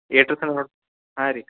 ಎಷ್ಟ್ರು ತನಕ ಹಾಂ ರೀ